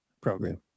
program